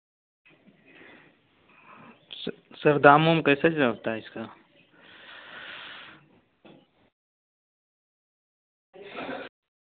sir दाम उम कैसे चलता है इसका